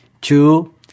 Two